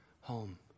home